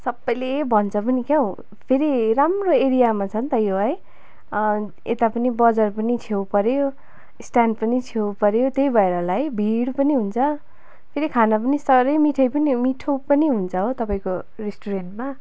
सबैले भन्छ पनि क्यौ फेरि राम्रो एरियामा छ नि त यो है यता पनि बजार पनि छेउ पऱ्यो स्ट्यान्ड पनि छेउ पऱ्यो त्यही भएर होला है भिड पनि हुन्छ फेरि खाना पनि साह्रै मिठै पनि मिठो हुन्छ हो तपाईँको रेस्टुरेन्टमा